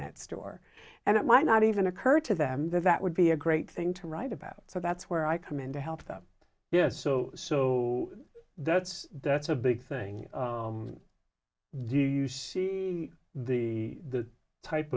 that store and it might not even occur to them that that would be a great thing to write about so that's where i come in to help them yes so so that's that's a big thing do you see the t